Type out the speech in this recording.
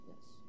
Yes